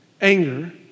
Anger